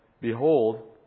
behold